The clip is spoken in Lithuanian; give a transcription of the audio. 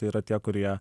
tai yra tie kurie